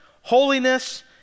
holiness